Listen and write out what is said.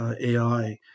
AI